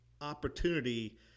opportunity